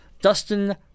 Dustin